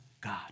God